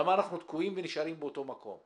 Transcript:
למה אנחנו תקועים ונשארים באותו מקום?